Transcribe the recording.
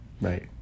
Right